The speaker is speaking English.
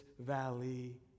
valley